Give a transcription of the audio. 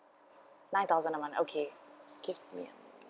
nine thousand a month okay give me